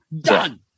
Done